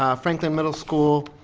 um franklin middle school,